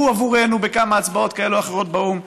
עבורנו בכמה הצבעות כאלה או אחרות באו"ם.